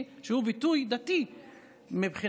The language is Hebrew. שהוא ביטוי דתי מבחינתנו,